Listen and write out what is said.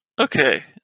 okay